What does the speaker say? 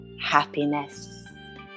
happiness